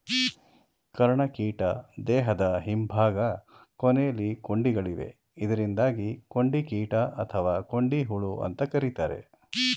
ಕರ್ಣಕೀಟ ದೇಹದ ಹಿಂಭಾಗ ಕೊನೆಲಿ ಕೊಂಡಿಗಳಿವೆ ಇದರಿಂದಾಗಿ ಕೊಂಡಿಕೀಟ ಅಥವಾ ಕೊಂಡಿಹುಳು ಅಂತ ಕರೀತಾರೆ